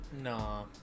Nah